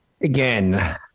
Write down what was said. Again